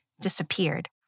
disappeared